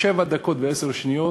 שבע דקות ועשר שניות,